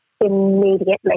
immediately